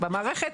במערכת,